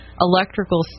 electrical